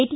T